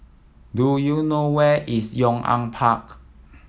do you know where is Yong An Park